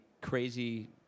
crazy